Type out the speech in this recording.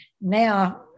Now